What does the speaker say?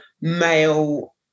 male